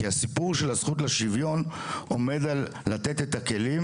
כי הסיפור של הזכות לשיווין עומד על לתת את הכלים,